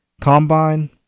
combine